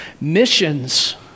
Missions